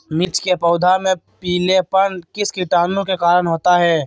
मिर्च के पौधे में पिलेपन किस कीटाणु के कारण होता है?